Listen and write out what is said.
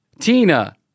Tina